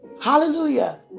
Hallelujah